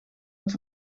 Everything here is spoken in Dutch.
het